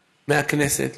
מהכנסת,